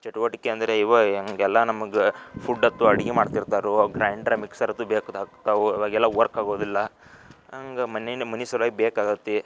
ಚಟುವಟಿಕೆ ಅಂದರೆ ಈವಾಗ ಹೆಂಗೆ ಎಲ್ಲ ನಮಗೆ ಫುಡ್ ಅಥ್ವಾ ಅಡ್ಗೆ ಮಾಡ್ತಿರ್ತಾರೋ ಗ್ರೈಂಡರ್ ಮಿಕ್ಸರ್ ಅದು ಬೇಕದಾಗ್ತಾವು ಆವಾಗೆಲ್ಲ ವರ್ಕ್ ಆಗುವುದಿಲ್ಲ ಹಂಗೆ ಮನೆ ನಮ್ಮನೆ ಸಲುವಾಗಿ ಬೇಕಾಗುತ್ತೆ